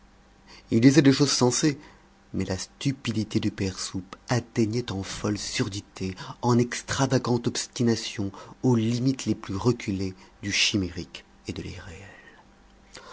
il disait des choses sensées mais la stupidité du père soupe atteignait en folle surdité en extravagante obstination aux limites les plus reculées du chimérique et de l'irréel